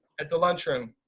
at the lunchroom,